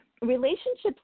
relationships